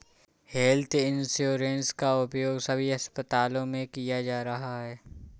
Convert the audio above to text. health insurance का उपयोग सभी अस्पतालों में किया जा रहा है